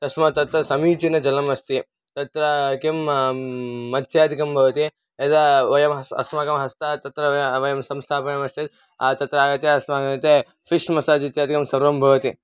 तस्मात् तत्तु समीचीनजलम् अस्ति तत्र किं मत्स्यादिकं भवति यदा वयं हस्तः अस्माकं हस्तः तत्र व्या वयं संस्थापयामश्चेत् तत्र आगत्य अस्माकं कृते फ़िश् मसाज् इत्यादिकं सर्वं भवति